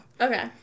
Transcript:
Okay